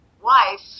wife